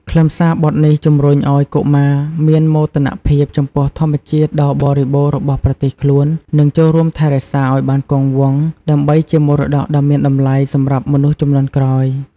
ខ្លឹមសារបទនេះជំរុញឲ្យកុមារមានមោទនភាពចំពោះធម្មជាតិដ៏បរិបូរណ៍របស់ប្រទេសខ្លួន និង ចូលរួមថែរក្សាឲ្យបានគង់វង្ស ដើម្បីជាមរតកដ៏មានតម្លៃសម្រាប់មនុស្សជំនាន់ក្រោយ។